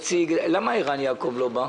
למה ערן יעקב לא בא?